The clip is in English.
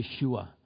Yeshua